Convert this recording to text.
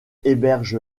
héberge